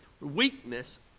weakness